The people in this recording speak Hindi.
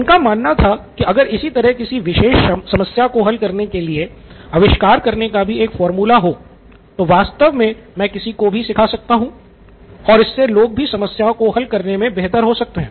उनका मानना था की अगर इसी तरह किसी विशेष समस्या को हल करने के लिए आविष्कार करने का भी एक फार्मूला हो तो वास्तव मे मैं किसी को भी सिखा सकता हूं और इससे लोग भी समस्याओं को हल करने मे बेहतर हो सकते हैं